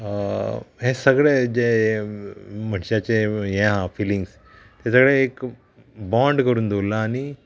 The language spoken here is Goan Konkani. हे सगळे जे मनशाचे हे आहा फिलिंग्स तें सगळे एक बॉन्ड करून दवरला आनी